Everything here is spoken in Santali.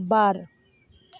ᱵᱟᱨ